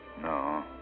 No